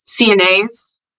CNAs